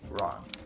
wrong